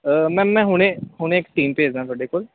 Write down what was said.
ma'am ਮੈਂ ਹੁਣੇ ਹੁਣੇ ਇੱਕ ਟੀਮ ਭੇਜਦਾਂ ਤੁਹਾਡੇ ਕੋਲ